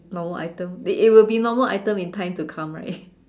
normal item it it will be normal item in time to come right